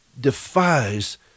defies